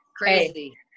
Crazy